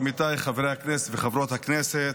עמיתיי חברי הכנסת וחברות הכנסת,